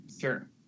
sure